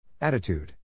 Attitude